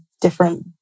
different